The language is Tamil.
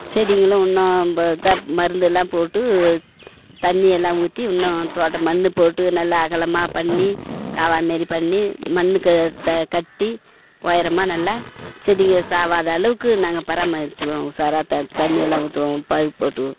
செடிங்களும் ஒன்றும் ஆகாம தான் மருந்தெல்லாம் போட்டு தண்ணியெல்லாம் ஊற்றி இன்னும் தோட்டம் மண் போட்டு நல்ல அகலமாக பண்ணி கால்வாய் மாரி பண்ணி மண்ணுக்கு த கட்டி உயரமா நல்லா செடிகள் சாகாத அளவுக்கு நாங்கள் பராமரிச்சுக்குவோம் சார் அதை தண்ணி எல்லாம் ஊற்றுவோம் பைப் போட்டு